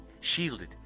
shielded